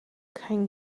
kein